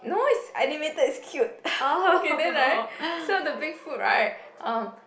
no it's animated it's cute okay then right so the Big Foot right um